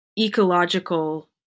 ecological